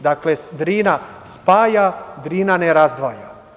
Dakle, Drina spaja, Drina ne razdvaja.